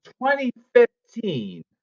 2015